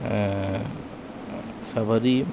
Shabari